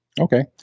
Okay